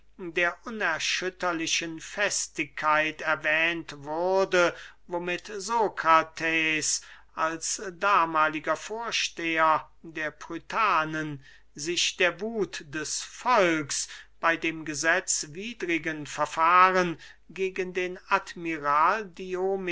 der unerschütterlichen festigkeit erwähnt wurde womit sokrates als damahliger vorsteher der prytanen sich der wuth des volks bey dem gesetzwidrigen verfahren gegen den admiral